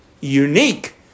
unique